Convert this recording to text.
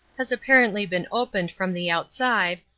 has apparently been opened from the outside,